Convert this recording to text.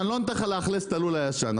אני לא נותן לך לאכלס את הלול הישן.